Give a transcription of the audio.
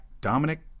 Dominic